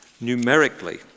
numerically